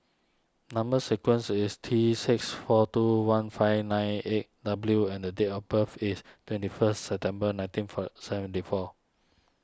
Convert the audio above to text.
Number Sequence is T six four two one five nine eight W and date of birth is twenty first September nineteen fur seventy four